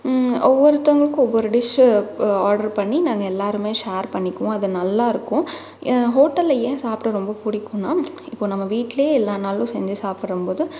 ஒவ்வொருத்தவங்களுக்கு ஒவ்வொரு dish order பண்ணி நாங்கள் எல்லோருமே ஷேர் பண்ணிக்குவோம் அது நல்லாயிருக்கும் ஹோட்டலில் ஏன் சாப்பிட ரொம்ப பிடிக்குனா இப்போது நம்ப வீட்டில் எல்லா நாளும் செஞ்சு சாப்பிடம்போது